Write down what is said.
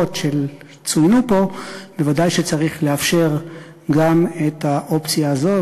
בנסיבות שצוינו פה ודאי שצריך לאפשר גם את האופציה הזאת,